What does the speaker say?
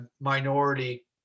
minority